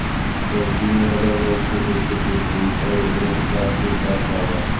सब्जी में लगल रोग के कइसे दूर होयी और ओकरे विकास के उपाय का बा?